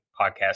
podcast